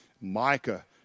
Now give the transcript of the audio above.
Micah